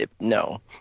No